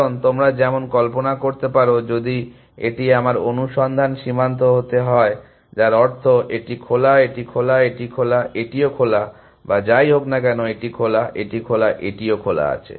কারণ তোমরা যেমন কল্পনা করতে পারো যদি এটি আমার অনুসন্ধান সীমান্ত হতে হয় যার অর্থ এটি খোলা এটি খোলা এটি খোলা এটিও খোলা বা যাই হোক না কেন এটি খোলা এটি খোলা এটিও খোলা আছে